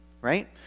right